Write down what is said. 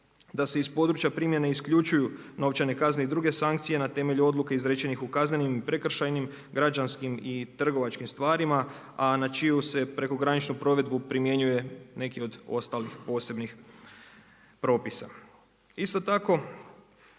da se iz područja primjene isključuju novčane kazne i druge sankcije na temelju odluke izrečenih u kaznenim, prekršajnim, građanskim i trgovačkim stvarima, a na čiju se prekograničnu provedbu primjenjuje neki od ostalih posebnih propisa. Isto tako